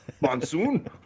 Monsoon